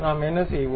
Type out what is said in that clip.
நாம் என்ன செய்வோம்